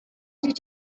did